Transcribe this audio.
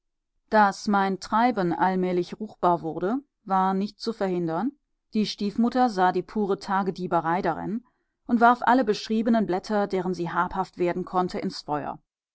daß mein treiben allmählich ruchbar wurde war nicht zu verhindern die stiefmutter sah die pure tagedieberei darin und warf alle beschriebenen blätter deren sie habhaft werden konnte ins feuer